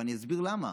ואני אסביר למה: